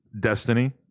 Destiny